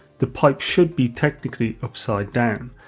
the pipe should be technically upside down,